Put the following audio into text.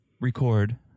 record